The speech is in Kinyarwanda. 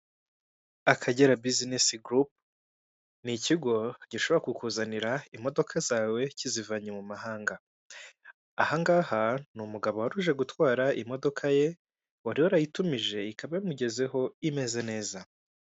Akagera bizinesi gurupe ni ikigo gishobora kukuzanira imodoka zawe kizivanye mu mahanga, ahangaha ni umugabo wari uje gutwara imodoka ye wari warayitumije ikaba yamugezeho imeze neza.